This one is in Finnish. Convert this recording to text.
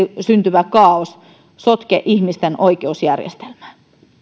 syntyvä kaaos sotke ihmisten oikeusjärjestelmää